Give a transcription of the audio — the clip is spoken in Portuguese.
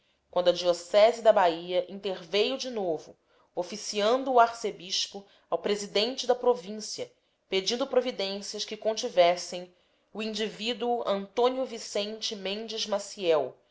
quando a diocese da bahia interveio de novo oficiando o arcebispo ao presidente da província pedindo providências que contivessem o indivíduo antônio vicente mendes maciel